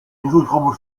inselgruppe